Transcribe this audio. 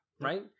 right